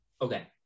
Okay